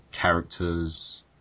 characters